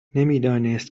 نمیدانست